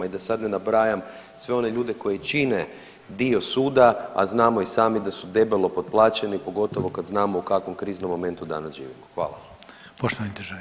I da sad ne nabrajam sve one ljude koji čine dio suda, a znamo i sami da su debelo potplaćeni pogotovo kad znamo u kakvom kriznom momentu danas živimo.